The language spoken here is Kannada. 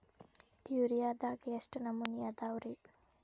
ಯೂರಿಯಾದಾಗ ಎಷ್ಟ ನಮೂನಿ ಅದಾವ್ರೇ?